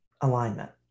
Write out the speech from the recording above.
alignment